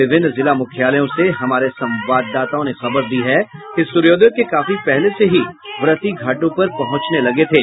विभिन्न जिला मुख्यालयों से हमारे संवाददाताओं ने खबर दी है कि सूर्योदय के काफी पहले से ही व्रती घाटों पर पहुंचने लगे थे